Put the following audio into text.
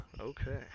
Okay